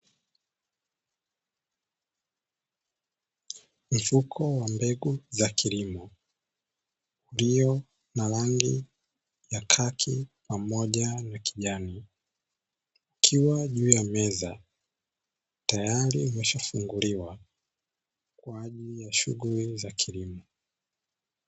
Mfuko wa mbegu za kilimo, ulio na rangi ya kaki pamoja na kijani, ukiwa juu ya meza tayari umeshafunguliwa kwa ajili ya shughuli za kilimo.